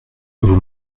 vous